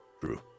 True